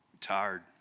tired